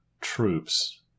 troops